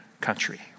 country